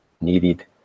needed